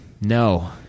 No